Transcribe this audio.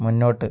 മുന്നോട്ട്